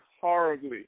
horribly